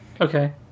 Okay